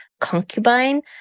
concubine